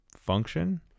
function